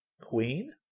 Queen